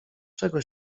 czego